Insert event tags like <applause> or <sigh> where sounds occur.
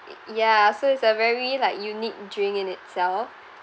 <noise> ya so it's a very like unique drink in itself